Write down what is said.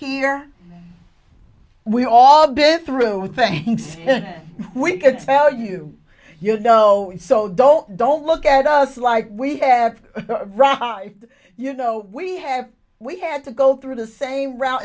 here we've all been through things we could sell you you know so don't don't look at us like we have you know we have we had to go through the same route